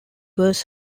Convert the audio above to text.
was